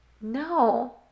no